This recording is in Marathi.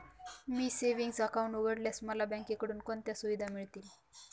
मी सेविंग्स अकाउंट उघडल्यास मला बँकेकडून कोणत्या सुविधा मिळतील?